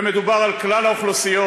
ומדובר על כלל האוכלוסיות,